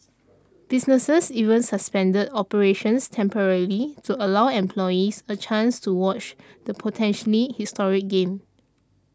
businesses even suspended operations temporarily to allow employees a chance to watch the potentially historic game